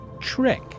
trick